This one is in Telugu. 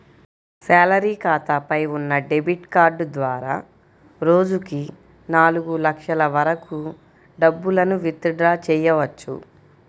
శాలరీ ఖాతాపై ఉన్న డెబిట్ కార్డు ద్వారా రోజుకి నాలుగు లక్షల వరకు డబ్బులను విత్ డ్రా చెయ్యవచ్చు